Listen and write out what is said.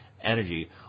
energy